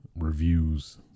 reviews